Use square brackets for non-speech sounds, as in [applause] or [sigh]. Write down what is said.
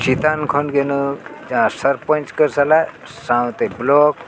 ᱪᱮᱛᱟᱱ ᱠᱷᱚᱱ [unintelligible] ᱥᱚᱨᱯᱚᱧᱪ ᱠᱚ ᱥᱟᱞᱟᱜ ᱥᱟᱶᱛᱮ ᱵᱞᱚᱠ